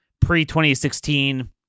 pre-2016